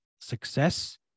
success